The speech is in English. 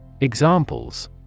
Examples